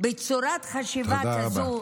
בצורת חשיבה כזו,